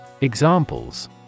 Examples